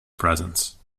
presence